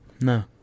No